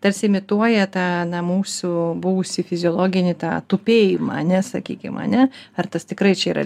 tarsi imituoja tą mūsų buvusį fiziologinį tą tupėjimą a ne sakykim a ne ar tas tikrai čia yra